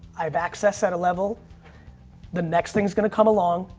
i have accessed at a level the next thing's going to come along.